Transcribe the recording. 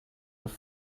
have